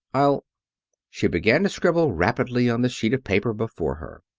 i'll she began to scribble rapidly on the sheet of paper before her.